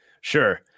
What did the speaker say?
Sure